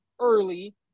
early